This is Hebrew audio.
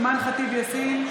אימאן ח'טיב יאסין,